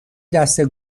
دسته